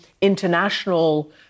international